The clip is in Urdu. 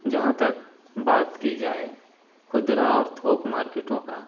جہاں تک بات کی جائے خودرو اور تھوک مارکیٹوں کا